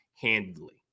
handily